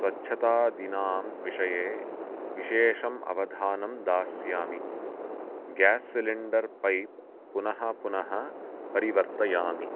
स्वच्छतादीनां विषये विशेषम् अवधानं दास्यामि गेस् सिलिण्डर् पैप् पुनः पुनः परिवर्तयामि